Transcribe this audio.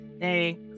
hey